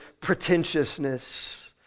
pretentiousness